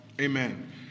Amen